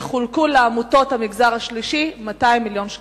יחולקו לעמותות המגזר השלישי 200 מיליון שקלים.